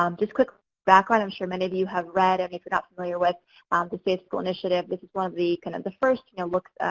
um just quick background, i'm sure many of you have read, if you're not familiar with the safe school initiative. this is one of the kind of the first you know looks at,